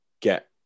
get